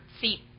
seat